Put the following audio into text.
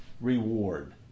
reward